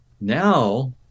now